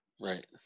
Right